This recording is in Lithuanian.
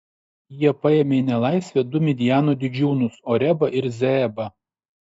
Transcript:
jie paėmė į nelaisvę du midjano didžiūnus orebą ir zeebą